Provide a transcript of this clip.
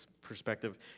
perspective